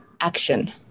action